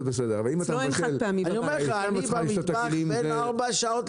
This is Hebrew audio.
נחלק את זה בערך ל-30 אגורות,